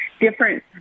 different